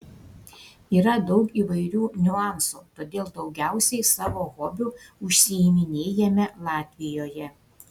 yra daug įvairių niuansų todėl daugiausiai savo hobiu užsiiminėjame latvijoje